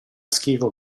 schifo